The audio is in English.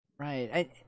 Right